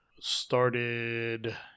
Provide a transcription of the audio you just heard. started